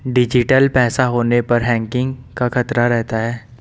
digital पैसा होने पर हैकिंग का खतरा रहता है